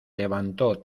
levantó